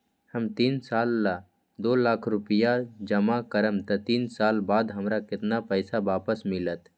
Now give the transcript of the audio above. हम तीन साल ला दो लाख रूपैया जमा करम त तीन साल बाद हमरा केतना पैसा वापस मिलत?